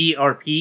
ERP